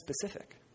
specific